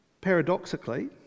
Paradoxically